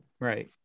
right